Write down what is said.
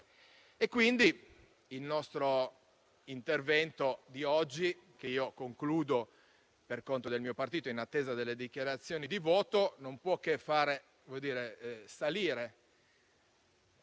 corrette. Il nostro intervento di oggi, che concludo per conto del mio partito, in attesa delle dichiarazioni di voto, non può che far salire,